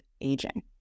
aging